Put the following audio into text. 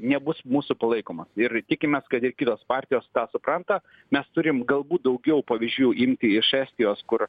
nebus mūsų palaikomas ir tikimės kad ir kitos partijos tą supranta mes turim galbūt daugiau pavyzdžių imti iš estijos kur